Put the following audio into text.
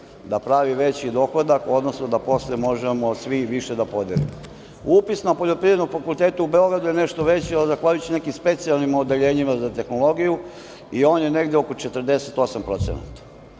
da pravi veći dohodak, odnosno da posle možemo svi više da podelimo. Upisa na Poljoprivrednom fakultetu u Beogradu je nešto veći, zahvaljujući nekim specijalnim odeljenjima za tehnologiju i on je negde oko 48%.